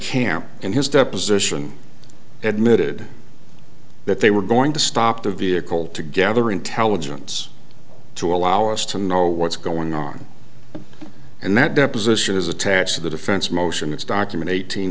camp in his deposition admitted that they were going to stop the vehicle to gather intelligence to allow us to know what's going on and that deposition is attached to the defense motion this document eighteen